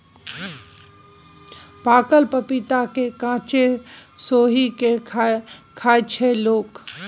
पाकल पपीता केँ कांचे सोहि के खाइत छै लोक